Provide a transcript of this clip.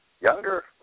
younger